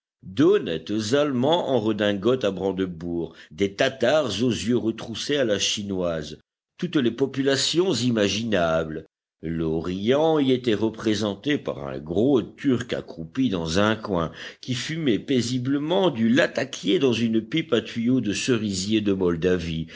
d'honnêtes allemands en redingote à brandebourgs des tatars aux yeux retroussés à la chinoise toutes les populations imaginables l'orient y était représenté par un gros turc accroupi dans un coin qui fumait paisiblement du latakié dans une pipe à tuyau de cerisier de moldavie